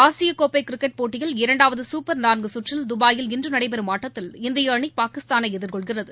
ஆசிய கோப்பை கிரிக்கெட் போட்டியில் இரண்டாவது சூப்பர் நான்கு கற்றில் துபாயில் இன்று நடைபெறும் ஆட்டத்தில் இந்திய அணி பாகிஸ்தானை எதிர்கொள்கிறது